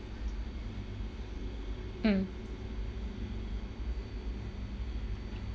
mm